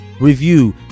review